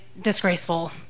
disgraceful